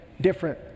different